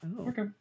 okay